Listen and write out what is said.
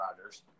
Rodgers